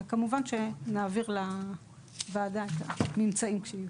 וכמובן שנעביר לוועדה את הממצאים, לכשיהיו.